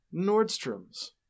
Nordstrom's